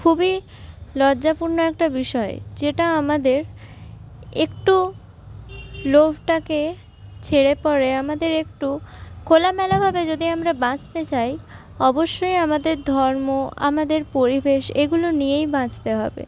খুবই লজ্জাপূর্ণ একটা বিষয় যেটা আমাদের একটু লোভটাকে ছেড়ে পরে আমাদের একটু খোলামেলাভাবে যদি আমরা বাঁচতে চাই অবশ্যই আমাদের ধর্ম আমাদের পরিবেশ এগুলো নিয়েই বাঁচতে হবে